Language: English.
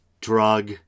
drug